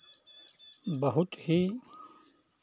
बहुत ही